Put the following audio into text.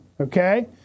Okay